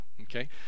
Okay